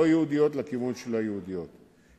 האם האוצר נקט צעדים לפתרון סוגיית הגירעונות,